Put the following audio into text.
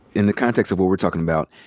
in the context of what we're talking about,